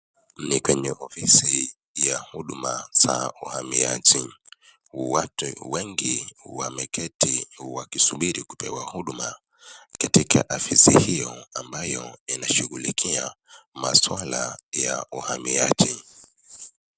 Ni kwenye ofisi ya huduma za uamiaji. Watu wengi wameketi wakisubiri kupewa huduma katika afisi hiyo ambayo, inashughulikia maswala ya uhamiaji.